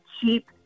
cheap